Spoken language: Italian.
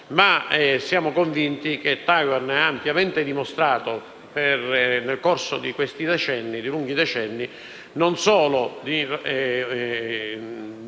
Grazie